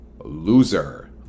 Loser